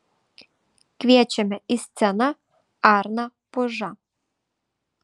kviečiame į sceną arną pužą